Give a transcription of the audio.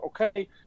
okay